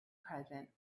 present